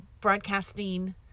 broadcasting